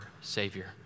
Savior